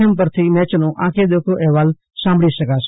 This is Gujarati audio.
એમ પરથી મેચનો આંખે દેખ્યો અહેવાલ સાંભળી શકાશે